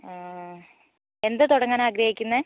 ആ എന്ത് തുടങ്ങാനാണ് ആഗ്രഹിക്കുന്നത്